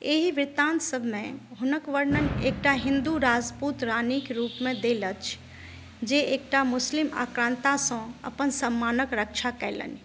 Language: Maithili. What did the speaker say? एहि वृतान्त सभमे हुनक वर्णन एकटा हिन्दू राजपूत रानीक रूपमे देल अछि जे एकटा मुस्लिम आक्रान्तासँ अपन सम्मानक रक्षा कयलनि